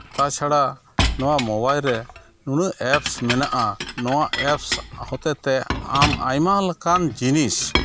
ᱛᱟᱪᱷᱟᱲᱟ ᱱᱚᱣᱟ ᱢᱳᱵᱟᱭᱤᱞ ᱨᱮ ᱱᱩᱱᱟᱹᱜ ᱮᱯᱥ ᱢᱮᱱᱟᱜᱼᱟ ᱱᱚᱣᱟ ᱮᱯᱥ ᱦᱚᱛᱮᱛᱮ ᱟᱢ ᱟᱭᱢᱟ ᱞᱮᱠᱟᱱ ᱡᱤᱱᱤᱥ